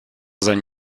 sein